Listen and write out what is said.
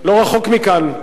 לא רחוק מכאן,